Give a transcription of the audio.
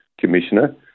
commissioner